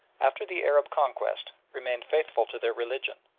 after the arab conquest, remained faithful to their religion,